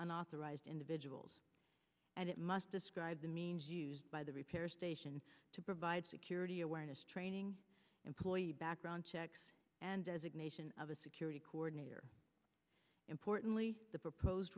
unauthorized individuals and it must describe the means used by the repair station to provide security awareness training employee background checks and designation of a security coordinator importantly the proposed